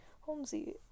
Holmesy